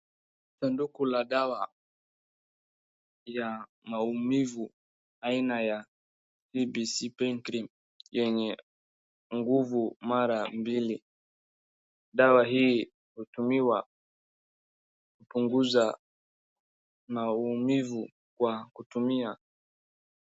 Sadunku la dawa ya maumivu aina ya Epc pain cream yenye nguvu mara mbili dawa hii hutumiwa kupunguza maumivu kwa kutumia .